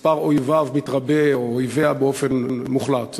מספר אויביו מתרבה, או אויביה, באופן מוחלט.